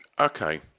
Okay